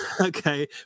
okay